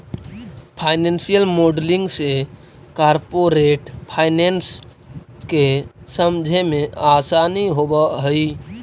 financial modelling से corporate finance के समझे मेंअसानी होवऽ हई